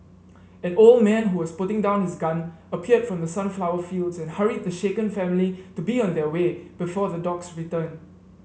an old man who was putting down his gun appeared from the sunflower fields and hurried the shaken family to be on their way before the dogs return